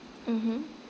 mmhmm